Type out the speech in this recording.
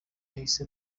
yahise